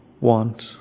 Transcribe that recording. want